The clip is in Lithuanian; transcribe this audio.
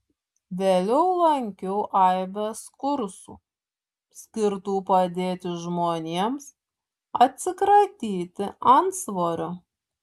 vėliau lankiau aibes kursų skirtų padėti žmonėms atsikratyti antsvorio